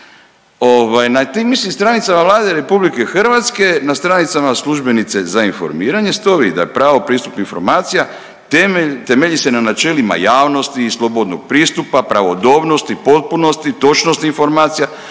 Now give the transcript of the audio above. na tim istim stranicama Vlade RH na stranicama službenice za informiranje stoji da je pravo pristup informacija temelj, temelji se na načelima javnosti i slobodnog pristupa, pravodobnosti, potpunosti i točnosti informacija,